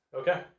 Okay